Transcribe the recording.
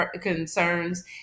concerns